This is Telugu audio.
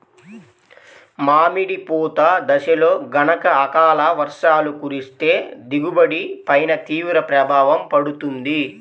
మామిడి పూత దశలో గనక అకాల వర్షాలు కురిస్తే దిగుబడి పైన తీవ్ర ప్రభావం పడుతుంది